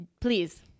Please